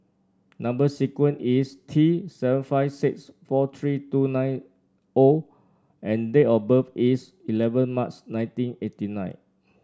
number sequence is T seven five six four three two nine O and date of birth is eleven March nineteen eighty nine